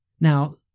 Now